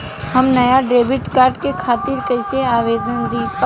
हम नया debit card के खातिर कइसे आवेदन दीं?